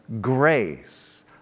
grace